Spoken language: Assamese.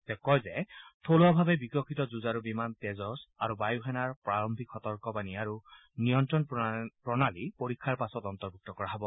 তেওঁ কয় যে থলুৱাভাৱে বিকশিত কৰা যুঁজাৰু বিমান তেজাস আৰু বায়ুসেনাৰ প্ৰাৰম্ভিক সতৰ্কবাণী আৰু নিয়ন্ত্ৰণ প্ৰণালী পৰীক্ষাৰ পাছত অন্তৰ্ভুক্ত কৰা হ'ব